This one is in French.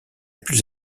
plus